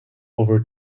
over